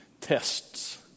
Tests